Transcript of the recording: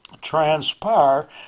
transpire